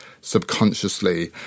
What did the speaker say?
subconsciously